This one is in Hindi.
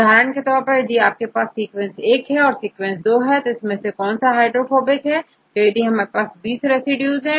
उदाहरण के तौर पर यदि आपके पास सीक्वेंस1 और सीक्वेंस2 है और इनमें से कौन सा हाइड्रोफोबिक है तो यदि हमारे पास 20 रेसिड्यूज है